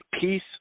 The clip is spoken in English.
peace